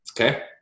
okay